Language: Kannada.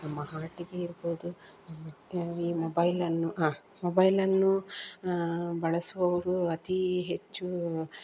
ನಮ್ಮ ಹಾರ್ಟಿಗೇ ಇರ್ಬೋದು ಮತ್ತು ಈ ಮೊಬೈಲನ್ನು ಹಾಂ ಮೊಬೈಲನ್ನು ಬಳಸುವವರು ಅತೀ ಹೆಚ್ಚು